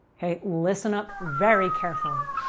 okay? listen up very carefully.